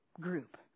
group